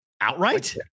Outright